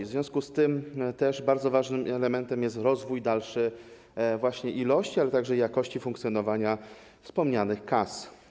W związku z tym bardzo ważnym elementem jest rozwój dalszy ilości, ale także jakości funkcjonowania wspomnianych kas.